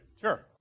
Sure